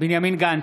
בנימין גנץ,